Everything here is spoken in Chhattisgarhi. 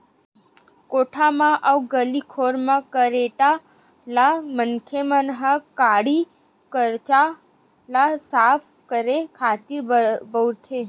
कोठा म अउ गली खोर म खरेटा ल मनखे मन ह काड़ी कचरा ल साफ करे खातिर बउरथे